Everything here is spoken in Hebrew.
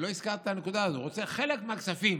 לא הזכרת את הנקודה הזאת, רוצה חלק מהכספים